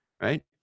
right